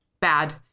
bad